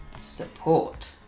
support